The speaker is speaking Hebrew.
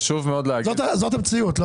זו המציאות.